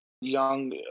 young